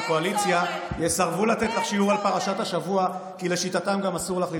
הוא לא צריך לענות, הם לא רוצים